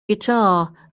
guitar